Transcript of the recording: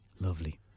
Lovely